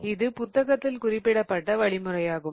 இது புத்தகத்தில் குறிப்பிடப்பட்ட வழிமுறையாகும்